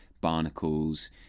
barnacles